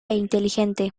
inteligente